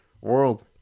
world